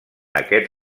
aquest